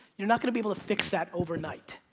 you're not going to be able to fix that overnight.